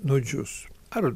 nudžius ar